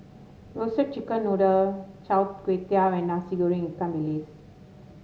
Roasted Chicken Noodle Chai Tow Kway and Nasi Goreng Ikan Bilis